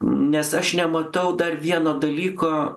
nes aš nematau dar vieno dalyko